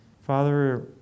Father